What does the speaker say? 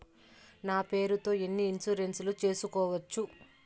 నా పేరుతో ఎన్ని ఇన్సూరెన్సులు సేసుకోవచ్చు?